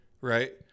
right